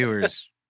viewers